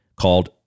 called